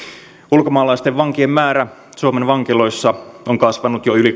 ulkomaalaisten vankien määrä suomen vankiloissa on kasvanut jo yli